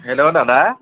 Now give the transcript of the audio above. hello দাদা